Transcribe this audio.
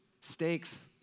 Stakes